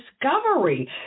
Discovery